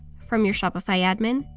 from your shopify admin,